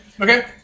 okay